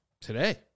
today